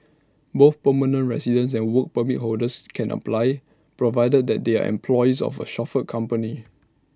both permanent residents and Work Permit holders can apply provided that they are employees of A chauffeur company